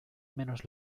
menos